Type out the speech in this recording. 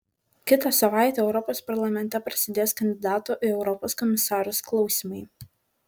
kitą savaitę europos parlamente prasidės kandidatų į europos komisarus klausymai